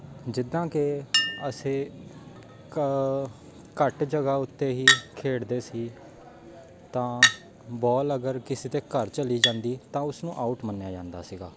ਜਿੱਦਾਂ ਕਿ ਅਸੀਂ ਘ ਘੱਟ ਜਗ੍ਹਾ ਉੱਤੇ ਹੀ ਖੇਡਦੇ ਸੀ ਤਾਂ ਬੋਲ ਅਗਰ ਕਿਸੇ ਦੇ ਘਰ ਚਲੀ ਜਾਂਦੀ ਤਾਂ ਉਸਨੂੰ ਆਊਟ ਮੰਨਿਆ ਜਾਂਦਾ ਸੀਗਾ